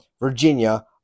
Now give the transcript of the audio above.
Virginia